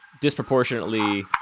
disproportionately